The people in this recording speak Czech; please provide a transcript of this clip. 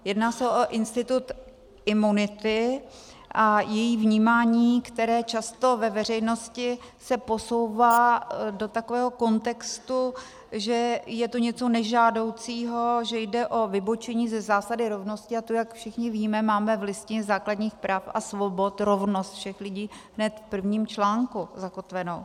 Jedná se o institut imunity a její vnímání, které často ve veřejnosti se posouvá do takového kontextu, že je to něco nežádoucího, že jde o vybočení ze zásady rovnosti, a to jak všichni víme, máme v Listině základních práv a svobod rovnost všech lidí hned v prvním článku zakotveno.